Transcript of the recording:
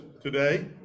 today